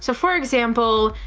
so for example,